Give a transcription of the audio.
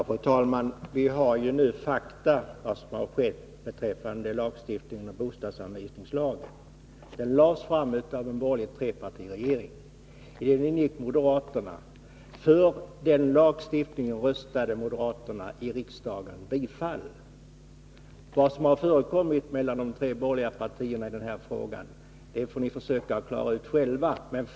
Fru talman! Vi har nu fakta i fråga om vad som skedde vid tillkomsten av bostadsanvisningslagen. Den lades fram av en borgerlig trepartiregering. I den regeringen ingick moderaterna. Moderaterna i riksdagen röstade för bifall till lagförslaget. Vad som har förekommit mellan de tre borgerliga partierna i denna fråga får ni försöka klara ut själva.